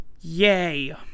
Yay